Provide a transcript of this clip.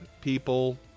people